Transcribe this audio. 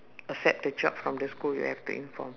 accept the job from the school we have to inform